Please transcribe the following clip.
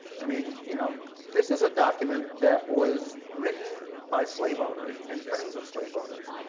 i mean, you know this is a document that was written by slave owners, and friends of slave owners,